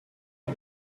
het